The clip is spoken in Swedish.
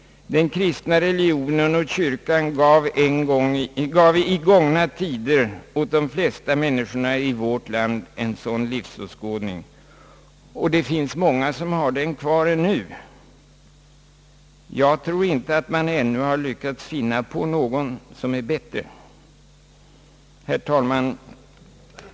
Den kristna religionen och kyrkan gav i gångna tider åt de flesta människorna i vårt land en sådan livsåskådning, och det finns många som har den kvar ännu, Jag tror inte att man ännu har lyckats finna på någon som är bättre. Herr talman!